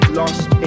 lost